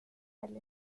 del